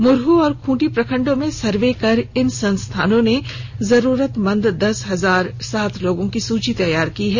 मुरहू और खूंटी प्रखंडों में सर्वे कर इन संस्थाओं ने जरूरतमंद दस हजार सात लोगों की सूची तैयार की है